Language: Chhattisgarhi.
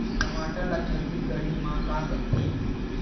टमाटर ला छत्तीसगढ़ी मा का कइथे?